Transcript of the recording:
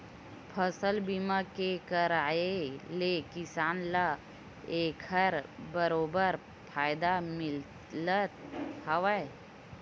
फसल बीमा के करवाय ले किसान ल एखर बरोबर फायदा मिलथ हावय